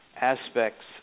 aspects